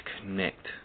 connect